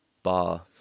bar